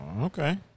Okay